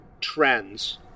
trends